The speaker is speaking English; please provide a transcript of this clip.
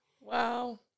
Wow